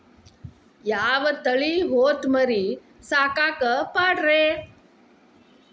ಯಾವ ತಳಿ ಹೊತಮರಿ ಸಾಕಾಕ ಪಾಡ್ರೇ?